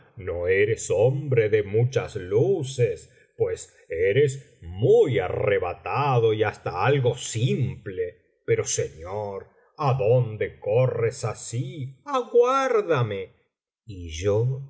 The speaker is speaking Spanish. no eres hombre de muchas luces pues eres muy arrebatado y hasta algo simple pero señor adonde corres así aguárdame y yo